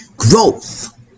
Growth